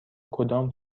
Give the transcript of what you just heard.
کدام